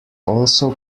also